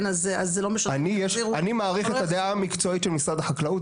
אז זה לא משנה --- אני מעריך את הדעה המקצועית של משרד החקלאות,